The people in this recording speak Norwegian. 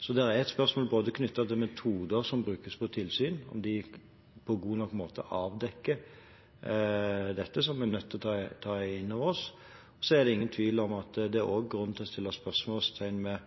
Så det er et spørsmål knyttet til metoder som brukes på tilsyn, om de på god nok måte avdekker dette, som vi er nødt til å ta inn over oss. Det er ingen tvil om at det også er grunn til å sette spørsmålstegn